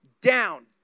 down